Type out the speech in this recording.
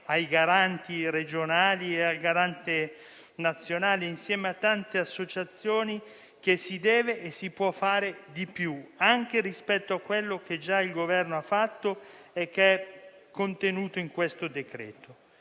ai garanti regionali e al Garante nazionale, insieme a tante associazioni, che si deve e si può fare di più, anche rispetto a quello che già il Governo ha fatto e che è contenuto in questo decreto.